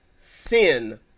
sin